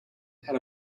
had